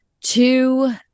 two